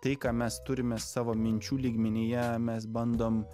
tai ką mes turime savo minčių lygmenyje mes bandom